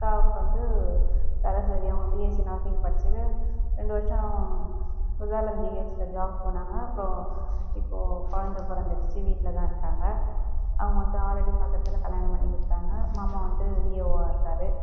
அக்கா வந்து சரஸ்வதி அவங்க பிஎஸ்சி நர்சிங் படிச்சின்னு ரெண்டு வருஷம் முகாலம் ஜிஹச் ல ஜாப் போனாங்க அப்புறம் இப்போ குழந்த பிறந்துடுச்சு இப்போ வீட்டில் தான் இருக்காங்க அவங்க வந்து ஆலடி பக்கத்தில் கல்யாணம் பண்ணி கொடுத்தாங்க மாமா வந்து விஏஓ வா இருக்கார்